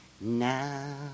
now